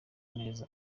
neza